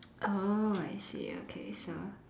oh I see okay so